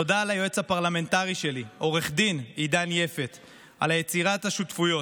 תודה ליועץ הפרלמנטרי שלי עו"ד עידן יפת על יצירת השותפויות,